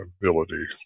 ability